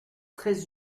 très